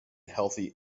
healthy